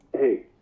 Hey